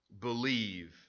believe